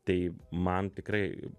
tai man tikrai